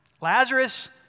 Lazarus